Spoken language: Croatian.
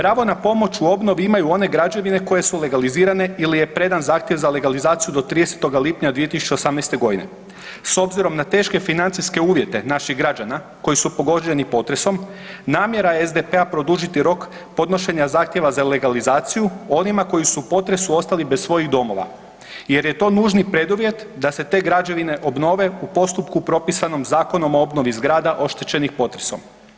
Pravo na pomoć u obnovi imaju one građevine koje su legalizirane ili je predan zahtjev za legalizaciju do 30. lipnja 2018.g. s obzirom na teške financijske uvjete naših građana koji su pogođeni potresom, namjera je SDP-a produžiti rok podnošenja zahtjeva za legalizaciju onima koji su u potresu ostali bez svojih domova jer je to nužni preduvjet da se te građevine obnove u postupku propisanom Zakonom o obnovi zgrada oštećenih potresom.